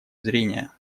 зрения